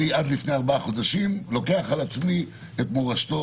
אני עד לפני ארבעה חודשים לוקח על עצמי את מורשתו